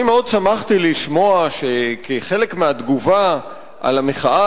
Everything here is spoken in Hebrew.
שמחתי לשמוע שכחלק מהתגובה על המחאה